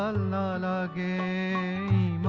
la da